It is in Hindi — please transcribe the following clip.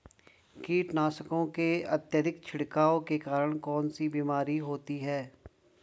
कीटनाशकों के अत्यधिक छिड़काव के कारण कौन सी बीमारी होती है?